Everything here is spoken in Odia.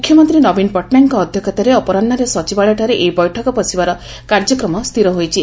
ମୁଖ୍ୟମନ୍ତୀ ନବୀନ ପଟ୍ଟନାୟକଙ୍କ ଅଧ୍ୟକ୍ଷତାରେ ଅପରାହୁରେ ସଚିବାଳୟଠାରେ ଏହି ବୈଠକ ବସିବାର କାର୍ଯ୍ୟକ୍ରମ ସ୍ବିର ହୋଇଛି